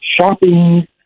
shopping